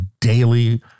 daily